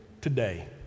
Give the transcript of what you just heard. today